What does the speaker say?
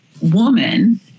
woman